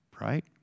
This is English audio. right